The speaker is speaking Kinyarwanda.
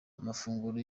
amafunguro